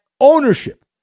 ownership